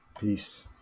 peace